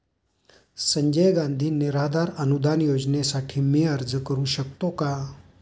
संजय गांधी निराधार अनुदान योजनेसाठी मी अर्ज करू शकतो का?